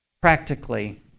practically